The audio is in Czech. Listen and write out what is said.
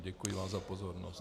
Děkuji za pozornost.